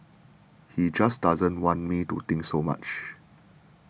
he just doesn't want me to think so much